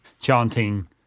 chanting